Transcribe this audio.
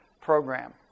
program